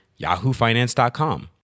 yahoofinance.com